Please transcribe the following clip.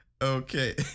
Okay